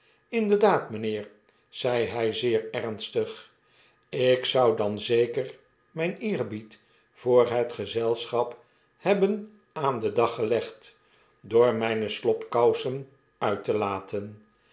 jnderdaad mijnheer zeide hy zeer ernstig ik zou dan zeker myn eerbied voor het gezelschap hebben aan den dag gelegd door myne slobkousen uit te laten